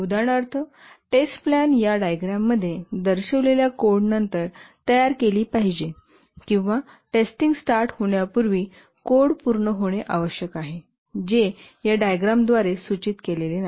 उदाहरणार्थ test plan या diagram मध्ये दर्शविलेल्या कोड नंतर तयार केली पाहिजे किंवा टेस्टिंग स्टार्ट होण्यापूर्वी कोड पूर्ण होणे आवश्यक आहे जे या डायग्रॅमद्वारे सूचित केलेले नाही